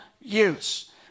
use